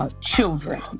children